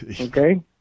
Okay